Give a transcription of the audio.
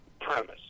premise